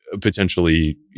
potentially